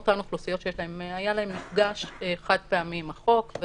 אותן אוכלוסיות שהיה להן מפגש חד פעמי עם החוק,